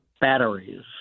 batteries